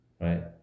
right